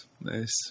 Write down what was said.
Nice